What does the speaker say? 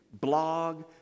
blog